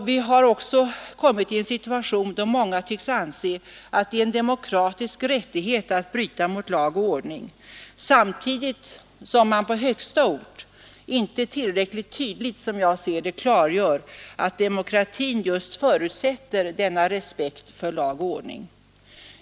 Vi har också kommit i en situation då många tycks anse att det är en demokratisk rättighet att bryta mot lag och ordning, samtidigt som man på högsta ort inte tillräckligt tydligt klargör att demokratin förutsätter just denna respekt för lag och ordning.